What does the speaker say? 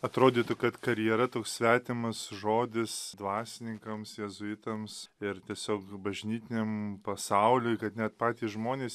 atrodytų kad karjera toks svetimas žodis dvasininkams jėzuitams ir tiesiog bažnytiniam pasauliui kad net patys žmonės